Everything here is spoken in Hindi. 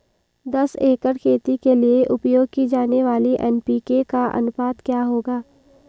दस एकड़ खेती के लिए उपयोग की जाने वाली एन.पी.के का अनुपात क्या होगा?